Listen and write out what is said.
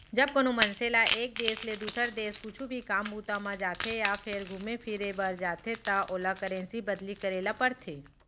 जब कोनो मनसे ल एक देस ले दुसर देस कुछु भी काम बूता म जाथे या फेर घुमे फिरे बर जाथे त ओला करेंसी बदली करे ल परथे